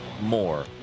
more